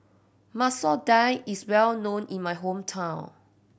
Masoor Dal is well known in my hometown